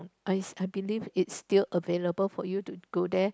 I I believe it's still available for you to go there